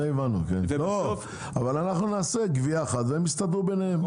אנחנו נעשה גבייה אחת והם יסתדרו ביניהם.